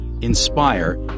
inspire